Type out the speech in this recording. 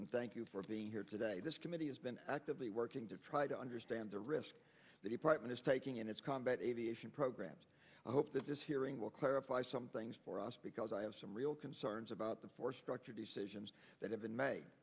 and thank you for being here today this committee has been actively working to try to understand the risk the department is taking in its combat aviation programs i hope that this hearing will clarify some things for us because i have some real concerns about the force structure decisions that have